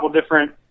different